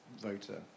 voter